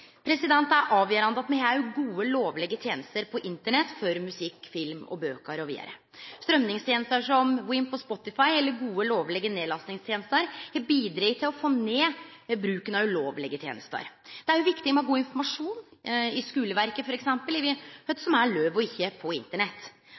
viktig. Det er avgjerande at me har gode lovlege tenester på Internett for musikk, film, bøker m.v. Strøymingstenester som WiMP og Spotify, eller gode lovlege nedlastingstenester, har bidratt til å få ned bruken av ulovlege tenester. Det er òg viktig med god informasjon f.eks. i skuleverket,